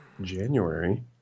January